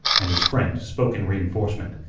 and his friend spoke in re-enforcement.